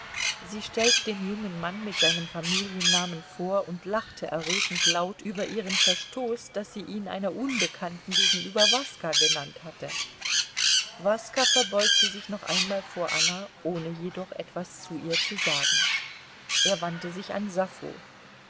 sie stellte den jungen mann mit seinem familiennamen vor und lachte errötend laut über ihren verstoß daß sie ihn einer unbekannten gegenüber waska genannt hatte waska verbeugte sich noch einmal vor anna ohne jedoch etwas zu ihr zu sagen er wandte sich an sappho